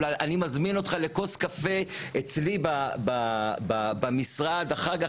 אני מזמין אותך לכוס קפה אצלי במשרד אחר כך,